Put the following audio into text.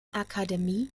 akademie